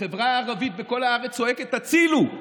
החברה הערבית בכל הארץ צועקת הצילו,